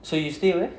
so you stay where